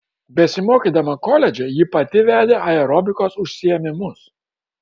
besimokydama koledže ji pati vedė aerobikos užsiėmimus